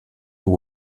nur